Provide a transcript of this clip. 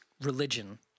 religion—